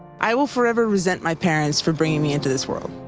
i will forever resent my parents for bringing me into this world.